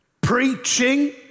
preaching